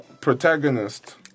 protagonist